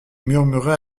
murmurait